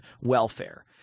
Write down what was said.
welfare